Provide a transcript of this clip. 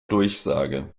durchsage